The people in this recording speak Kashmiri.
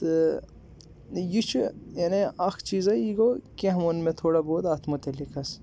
تہٕ یہِ چھُ یعنی اَکھ چیٖزٕے یہِ گوو کینٛہہ ووٚن مےٚ تھوڑا بہت اَتھ مُتعلِق حظ